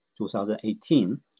2018